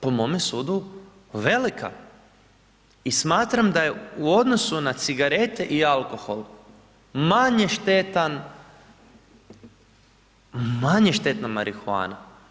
Po mome sudu velika i smatram da je u odnosu na cigarete i alkohol manje štetan, manje štetna marihuana.